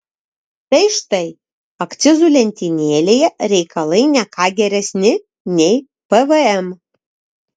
tai štai akcizų lentynėlėje reikalai ne ką geresni nei pvm